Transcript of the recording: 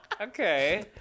Okay